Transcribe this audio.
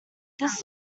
this